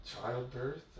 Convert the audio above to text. childbirth